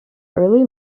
early